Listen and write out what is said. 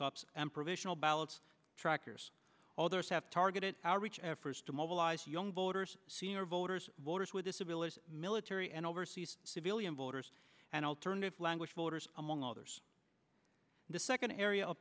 ups and provisional ballots trackers others have targeted outreach efforts to mobilize young voters senior voters voters with disabilities military and overseas civilian voters and alternative language voters among others the second area of